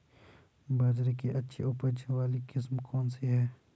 बाजरे की अच्छी उपज वाली किस्म कौनसी है?